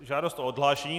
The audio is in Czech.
Žádost o odhlášení.